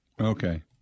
Okay